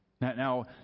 Now